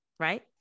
Right